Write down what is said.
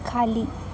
खाली